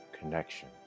connection